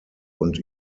und